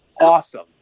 awesome